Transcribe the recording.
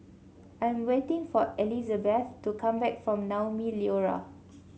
I am waiting for Elisabeth to come back from Naumi Liora